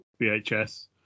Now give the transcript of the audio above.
VHS